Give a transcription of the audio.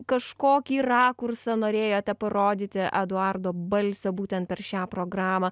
kažkokį rakursą norėjote parodyti eduardo balsio būtent per šią programą